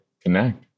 connect